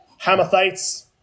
Hamathites